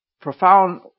profound